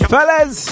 Fellas